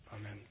amen